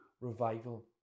revival